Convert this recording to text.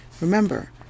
Remember